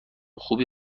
خوبی